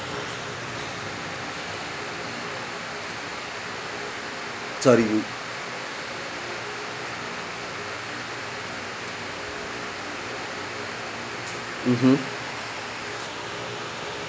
sorry would mmhmm